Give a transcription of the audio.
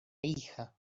hija